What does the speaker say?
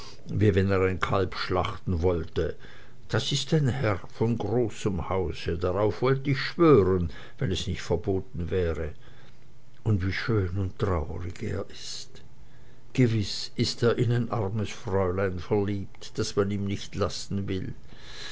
wie wenn er ein kalb schlachten wollte das ist ein herr von großem hause darauf wollt ich schwören wenn es nicht verboten wäre und wie schön und traurig er ist gewiß ist er in ein armes fräulein verliebt das man ihm nicht lassen will